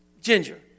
Ginger